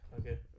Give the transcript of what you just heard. okay